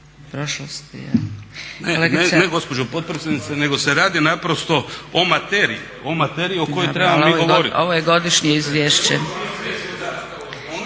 Ne gospođo potpredsjednice, nego se radi naprosto o materiji o kojoj trebamo mi govoriti. **Zgrebec,